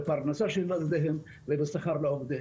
בפרנסה של עובדיהם ובשכר לעובדיהם.